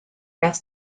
guess